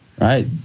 Right